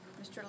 Mr